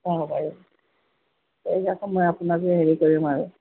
অঁ বাৰু ঠিক আছে মই আপোনাক হেৰি কৰিম আৰু